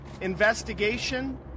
investigation